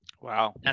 Wow